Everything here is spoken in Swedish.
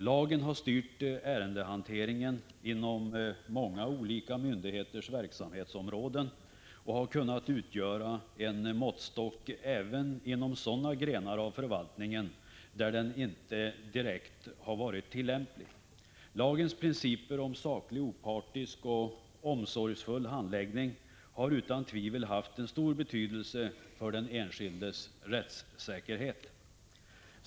Lagen har styrt ärendehanteringen inom många olika myndigheters verksamhetsområden och har kunnat utgöra en måttstock även inom sådana grenar av förvaltningen där den inte har varit direkt tillämplig. Lagens principer om saklig, opartisk och omsorgsfull handläggning har utan tvivel haft en stor betydelse för den enskildes rättssäkerhet.